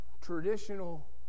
traditional